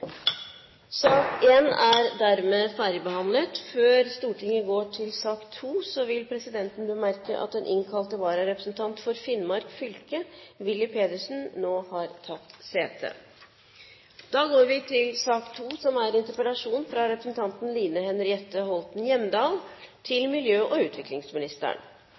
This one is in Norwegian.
sak nr. 1 avsluttet. Før Stortinget går til sak nr. 2, vil presidenten bemerke at den innkalte vararepresentant for Finnmark fylke, Willy Pedersen, nå har tatt sete. Regjeringens klimaarbeid tar utgangspunkt i Norges forpliktelser etter Kyoto-avtalen samt klimaforliket som